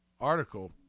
article